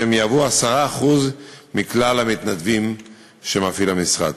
שהם 10% מכלל המתנדבים שמפעיל המשרד.